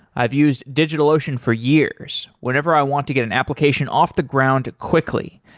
i've used digitalocean for years, whenever i want to get an application off the ground quickly.